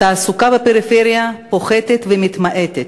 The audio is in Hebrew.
התעסוקה בפריפריה פוחתת ומתמעטת.